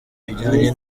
bijyanye